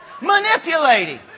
Manipulating